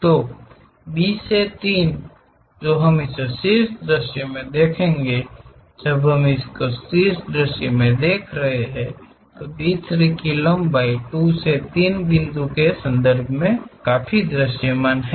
तो B से 3 जो हम इसे शीर्ष दृश्य से देखेंगे जब हम शीर्ष दृश्य को देख रहे हैं B 3 की लंबाई 2 से 3 बिंदु के संदर्भ में काफी दृश्यमान है